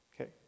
Okay